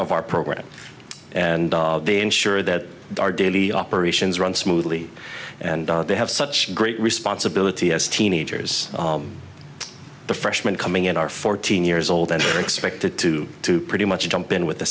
of our program and they ensure that our daily operations run smoothly and they have such great responsibility as teenagers the freshmen coming in are fourteen years old and are expected to do pretty much jump in with